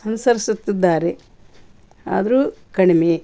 ಅನುಸರ್ಸುತ್ತಿದ್ದಾರೆ ಆದರೂ ಕಡಿಮೆ